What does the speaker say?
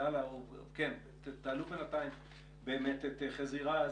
את חזי רז,